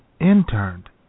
interned